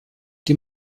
die